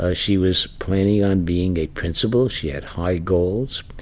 ah she was planning on being a principal. she had high goals.